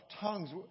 tongues